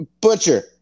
Butcher